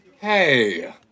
Hey